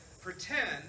Pretend